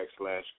backslash